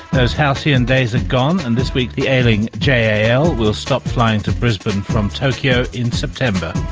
those halcyon days are gone and this week the ailing jal yeah yeah will stop flying to brisbane from tokyo in september.